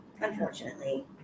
Unfortunately